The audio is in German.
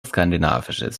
skandinavisches